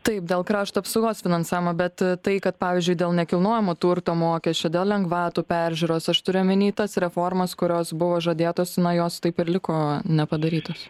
taip dėl krašto apsaugos finansavimo bet tai kad pavyzdžiui dėl nekilnojamo turto mokesčio dėl lengvatų peržiūros aš turiu omeny tas reformas kurios buvo žadėtos na jos taip ir liko nepadarytos